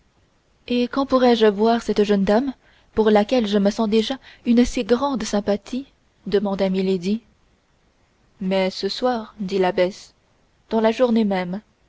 et quand pourrai-je voir cette jeune dame pour laquelle je me sens déjà une si grande sympathie demanda milady mais ce soir dit l'abbesse dans la journée même